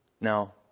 Now